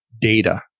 data